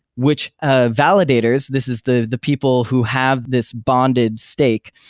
which ah validators, this is the the people who have this bonded stake,